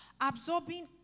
absorbing